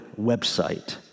website